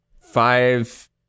five